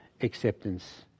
acceptance